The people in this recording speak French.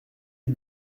est